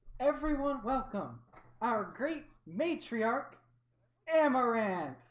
everyone welcome our great matriarch emma ran